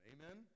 Amen